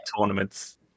tournaments